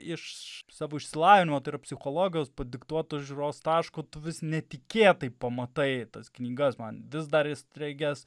iš savo išsilavinimo tai yra psichologijos padiktuoto žiūros taško tu vis netikėtai pamatai tas knygas man vis dar įstrigęs